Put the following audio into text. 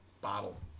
bottle